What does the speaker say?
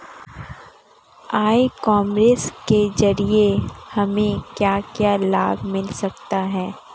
ई commerce के ज़रिए हमें क्या क्या लाभ मिल सकता है?